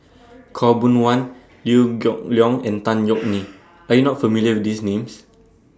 Khaw Boon Wan Liew Geok Leong and Tan Yeok Nee Are YOU not familiar with These Names